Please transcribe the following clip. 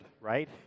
right